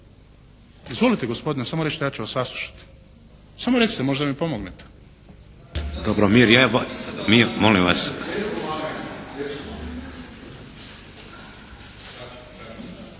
Izvolite gospodine, samo recite. Ja ću vas saslušati. Samo recite, možda mi pomognete. **Šeks, Vladimir